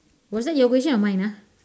was that your question or mine ah